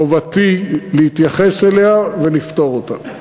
חובתי להתייחס אליה ולפתור אותה.